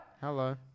Hello